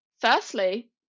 firstly